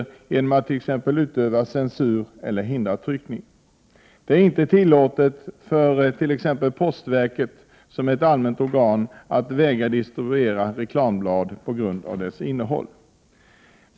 En myndighet får t.ex. inte utöva censur eller hindra tryckning. Det är inte tillåtet för t.ex. postverket, som är ett allmänt organ, att vägra distribuera reklamblad på grund av dess innehåll.